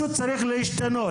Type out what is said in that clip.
אבל משהו צריך להשתנות.